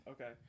Okay